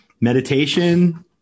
Meditation